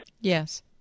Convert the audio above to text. Yes